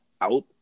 out